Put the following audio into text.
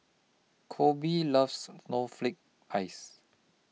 Coby loves Snowflake Ice